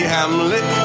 Hamlet